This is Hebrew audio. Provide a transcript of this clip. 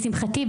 לשמחתי,